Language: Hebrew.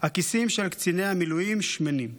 "הכיסים של קציני המילואים שמנים",